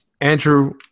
Andrew